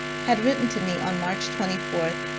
had written to me on march twenty four,